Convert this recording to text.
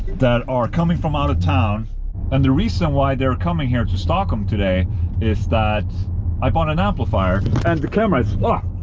that are coming from out of town and the reason why they're coming here to stockholm today is that i bought an amplifier and the camera is. ah